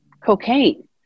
cocaine